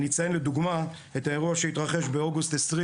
אני אציין לדוגמה, את האירוע שהתרחש באוגוסט 2020,